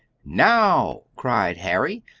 now, cried harry,